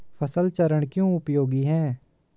फसल चरण क्यों उपयोगी है?